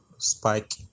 spike